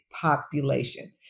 population